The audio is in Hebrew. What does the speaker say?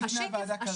בוועדה?